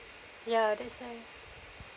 ya that's why